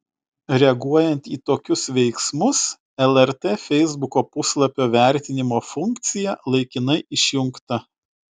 reaguojant į tokius veiksmus lrt feisbuko puslapio vertinimo funkcija laikinai išjungta